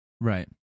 Right